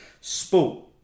Sport